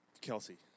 Kelsey